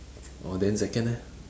orh then second eh